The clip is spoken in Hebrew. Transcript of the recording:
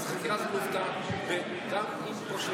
החקירה הזו לוותה גם עם פרקליטים וגם שופטים.